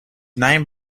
nine